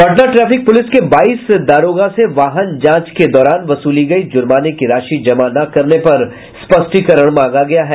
Patna traffic police के बाईस दारोगा से वाहन जांच के दौरान वसूली गयी जुर्माने की राशि जमा न करने पर स्पष्टीकरण मांगा गया है